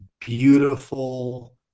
beautiful